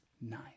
Nice